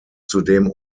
zudem